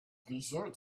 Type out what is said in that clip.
dessert